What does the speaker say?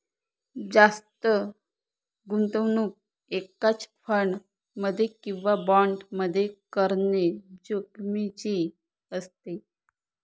जास्त गुंतवणूक एकाच फंड मध्ये किंवा बॉण्ड मध्ये करणे जोखिमीचे असते